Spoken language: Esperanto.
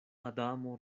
adamo